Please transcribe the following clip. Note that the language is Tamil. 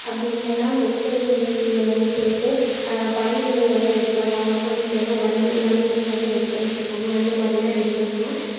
அப்படி இல்லைனா டெக்ஸ்ட்டைல்ஸ் இண்டஸ்ட்ரியில் வந்து போய்ட்டு பனியன்கள் வந்து ரெடி பண்ணலாம் கம்பெனிலலாம் பனியன்கள் வந்து ரெடி பண்ணிட்டுருக்காங்க அந்தமாதிரிலாம் ரெடி பண்ணலாம்